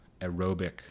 aerobic